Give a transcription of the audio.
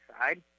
side